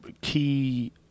key